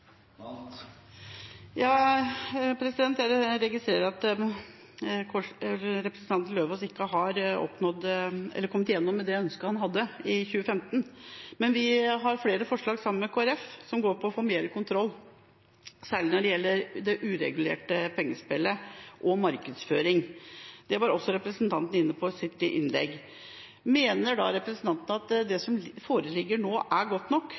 har oppnådd eller kommet gjennom med ønsket han hadde i 2015. Men vi har flere forslag sammen med Kristelig Folkeparti som går på å få mer kontroll, særlig når det gjelder det uregulerte pengespillet og markedsføring. Det var også representanten inne på i sitt innlegg. Mener da representanten at det som foreligger nå, er godt nok,